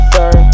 Sir